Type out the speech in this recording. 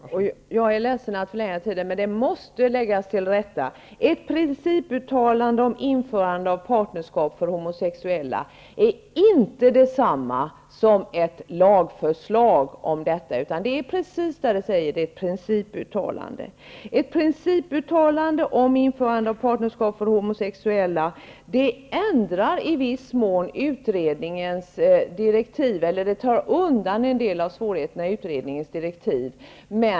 Fru talman! Jag är ledsen över att behöva förlänga debatten, men det måste läggas till rätta att ett principuttalande om införande av partnerskap för homosexuella inte är detsamma som ett lagförslag. Det är precis som det har benämnts, nämligen ett principuttalande. Ett principuttalande om ett införande av registrerat partnerskap för homosexuella undanröjer i viss mån en del av svårigheterna i utredningens direktiv.